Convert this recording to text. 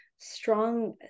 strong